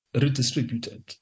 redistributed